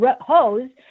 hose